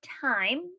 time